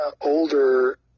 older